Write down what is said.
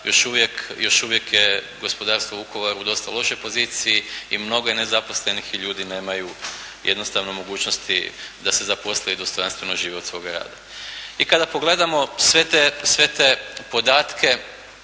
još uvijek je gospodarstvo u Vukovaru u dosta lošoj poziciji i mnogo je nezaposlenih i ljudi nemaju jednostavno mogućnosti da se zaposle i dostojanstveno žive od svoga rada. I kada pogledamo sve te podatke